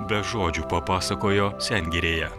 be žodžių papasakojo sengirėje